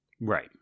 Right